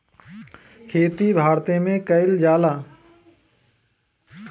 खेती भारते मे कइल जाला